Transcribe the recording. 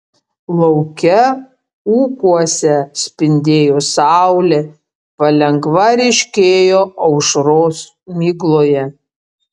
lauke ūkuose spindėjo saulė palengva ryškėjo aušros migloje